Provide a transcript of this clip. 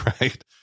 right